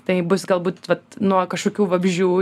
tai bus galbūt vat nuo kažkokių vabzdžių